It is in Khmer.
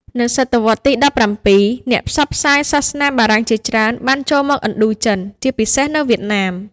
នៅសតវត្សរ៍ទី ១៧ អ្នកផ្សព្វផ្សាយសាសនាបារាំងជាច្រើនបានចូលមកឥណ្ឌូចិន ជាពិសេសនៅវៀតណាម។